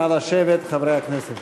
נא לשבת, חברי הכנסת.